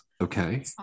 okay